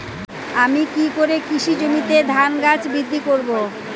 আমি কী করে কৃষি জমিতে ধান গাছ বৃদ্ধি করব?